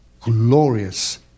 glorious